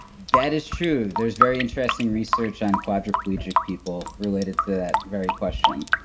that is true. there's very interesting research on quadriplegic people related to that very question.